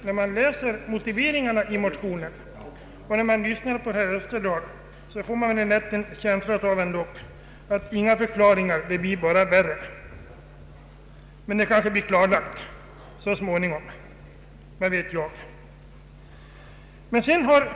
När man läser motiveringarna i denna motion och hör herr Österdahl tala får man en känsla av att förklaringarna bara förvärrar det hela. Men kanske blir problemet klarlagt så småningom, vad vet jag?